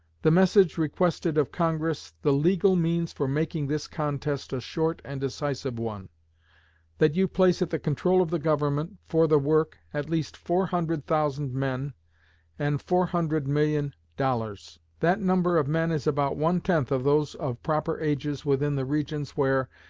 the message requested of congress the legal means for making this contest a short and decisive one that you place at the control of the government, for the work, at least four hundred thousand men and four hundred million dollars. that number of men is about one-tenth of those of proper ages within the regions where,